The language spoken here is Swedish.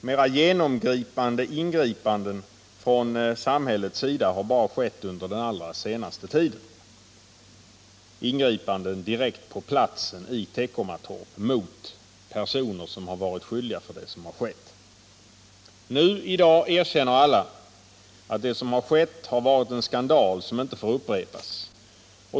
Mera omfattande ingripanden från samhällets sida direkt på platsen mot personer som har varit skyldiga till det som skett har bara gjorts under den allra senaste tiden. I dag erkänner alla att det som skett är en skandal som inte får upprepas.